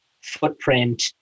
footprint